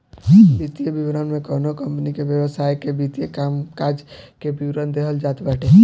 वित्तीय विवरण में कवनो कंपनी के व्यवसाय के वित्तीय कामकाज के विवरण देहल जात बाटे